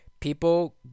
people